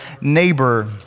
neighbor